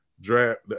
Draft